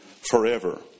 forever